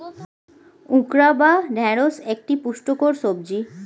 okra বা ঢ্যাঁড়স একটি পুষ্টিকর সবজি